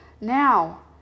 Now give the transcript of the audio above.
Now